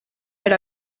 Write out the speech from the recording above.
per